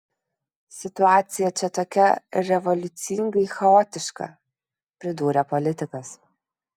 situacija čia tokia revoliucingai chaotiška pridūrė politikas